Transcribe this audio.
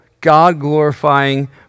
God-glorifying